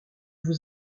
vous